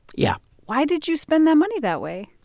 yeah why did you spend that money that way?